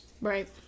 Right